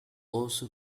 also